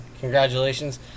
Congratulations